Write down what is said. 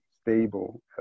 stable